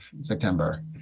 September